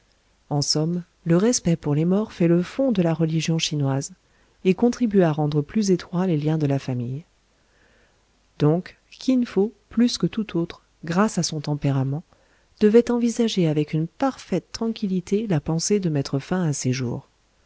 en somme le respect pour les morts fait le fond de la religion chinoise et contribue à rendre plus étroits les liens de la famille donc kin fo plus que tout autre grâce à son tempérament devait envisager avec une parfaite tranquillité la pensée de mettre fin à ses jours